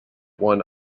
one